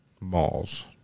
malls